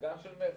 וגם של מרצ.